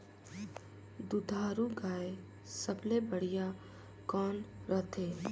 दुधारू गाय सबले बढ़िया कौन रथे?